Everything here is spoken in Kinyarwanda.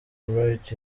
bright